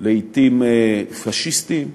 לעתים פאשיסטיים,